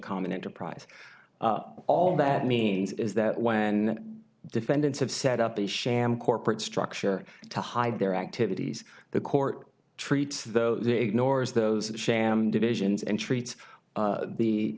common enterprise all that means is that when defendants have set up a sham corporate structure to hide their activities the court treats those ignores those sham divisions and treats the the